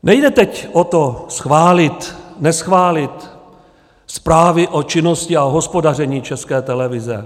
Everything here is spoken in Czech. Nejde teď o to schválit, neschválit zprávy o činnosti a o hospodaření České televize.